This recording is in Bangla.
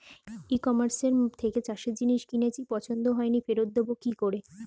ই কমার্সের থেকে চাষের জিনিস কিনেছি পছন্দ হয়নি ফেরত দেব কী করে?